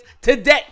today